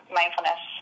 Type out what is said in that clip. mindfulness